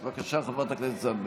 בבקשה, חברת הכנסת זנדברג.